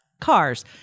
Cars